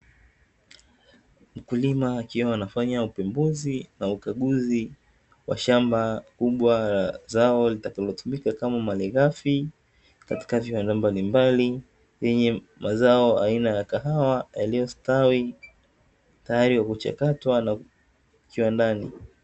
Mkulima, akiwa anafanya upembuzi na ukaguzi wa shamba kubwa la zao litakalotumika kama malighafi, katika viwanda mbalimbali vyenye mazao aina ya kahawa iliyostawi, tayari kuchakatwa kiwandani.